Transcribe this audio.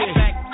back